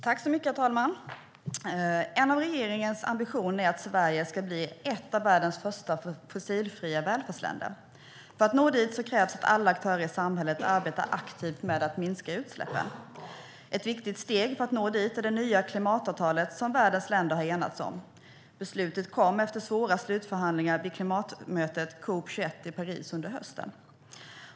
Herr talman! En av regeringens ambitioner är att Sverige ska bli ett av världens första fossilfria välfärdsländer. För att nå dit krävs att alla aktörer i samhället arbetar aktivt med att minska utsläppen. Ett viktigt steg för att nå dit är det nya klimatavtalet som världens länder har enats om. Beslutet kom efter svåra slutförhandlingar vid klimatmötet COP 21 i Paris under hösten.